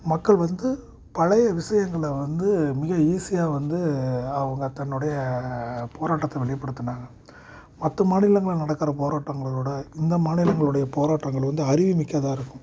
மக்கள் வந்து பழைய வியங்கள வந்து மிக ஈஸியாக வந்து அவங்க தன்னுடைய போராட்டத்தை வெளிப்படுத்துனாங்க மற்ற மாநிலங்களில் நடக்கிற போராட்டங்களளோட இந்த மாநிலங்களுடைய போராட்டங்கள் வந்து அறிவுமிக்கதாக இருக்கும்